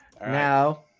Now